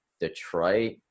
Detroit